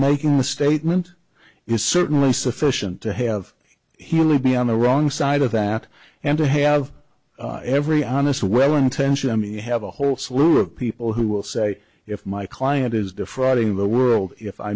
making the statement is certainly sufficient to have he really be on the wrong side of that and to have every honest well intentioned i mean you have a whole slew of people who will say if my client is defrauding the world if i